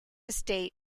state